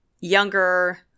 younger